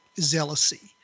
zealousy